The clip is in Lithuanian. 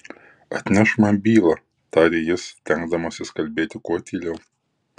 atnešk man bylą tarė jis stengdamasis kalbėti kuo tyliau